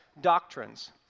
doctrines